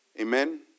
Amen